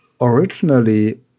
originally